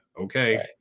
okay